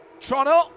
Toronto